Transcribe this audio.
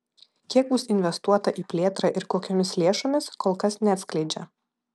kiek bus investuota į plėtrą ir kokiomis lėšomis kol kas neatskleidžia